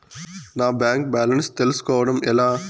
నా bank balance తెలుస్కోవడం ఎలా?